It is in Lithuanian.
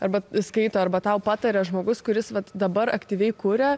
arba skaito arba tau pataria žmogus kuris vat dabar aktyviai kuria